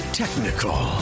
technical